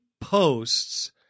posts